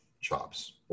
chops